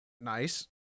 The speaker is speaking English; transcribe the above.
nice